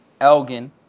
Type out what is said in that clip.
Elgin